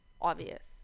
obvious